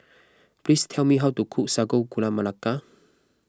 please tell me how to cook Sago Gula Melaka